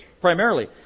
primarily